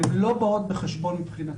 הן לא באות בחשבון מבחינתנו.